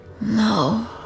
No